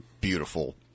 beautiful